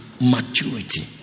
maturity